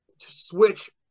switch